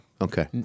Okay